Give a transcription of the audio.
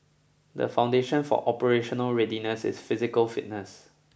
the foundation for operational readiness is physical fitness